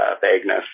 vagueness